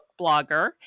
blogger